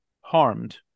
harmed